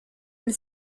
une